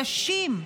נשים,